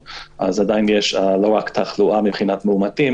אז עדיין יש לא רק תחלואה מבחינת מאומתים